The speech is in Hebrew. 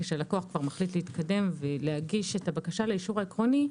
כשהלקוח כבר מחליט להתקדם ולהגיש את הבקשה לאישור העקרוני,